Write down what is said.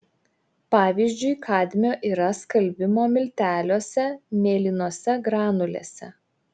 pavyzdžiui kadmio yra skalbimo milteliuose mėlynose granulėse